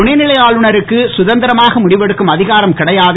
துணை நிலை ஆளுநருக்கு சுதந்திரமாக முடிவெடுக்கும் அதிகாரம் கிடையாது